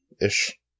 Ish